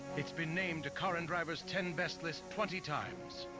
it's been named car and driver's ten best list twenty times.